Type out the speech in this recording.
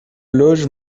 loge